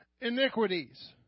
iniquities